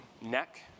neck